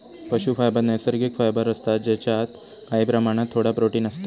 पशू फायबर नैसर्गिक फायबर असता जेच्यात काही प्रमाणात थोडा प्रोटिन असता